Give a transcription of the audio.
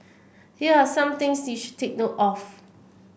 here are some things you should take note of